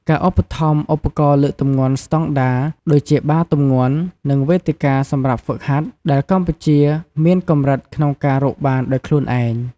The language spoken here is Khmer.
ការឧបត្ថម្ភឧបករណ៍លើកទម្ងន់ស្តង់ដារ ដូចជាបារទម្ងន់ និងវេទិកាសម្រាប់ហ្វឹកហាត់ ដែលកម្ពុជាមានកម្រិតក្នុងការរកបានដោយខ្លួនឯង។